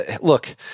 look